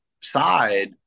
side